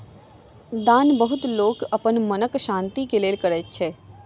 दान बहुत लोक अपन मनक शान्ति के लेल करैत अछि